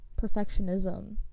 perfectionism